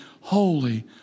holy